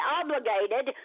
obligated